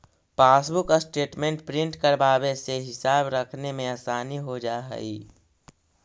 passbook statement print करवावे से हिसाब रखने में आसानी हो जा हई